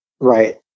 Right